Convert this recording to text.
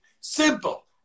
simple